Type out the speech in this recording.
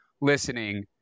listening